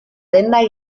denda